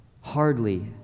Hardly